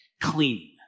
clean